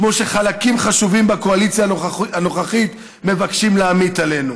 כמו שחלקים חשובים בקואליציה הנוכחית מבקשים להמיט עלינו.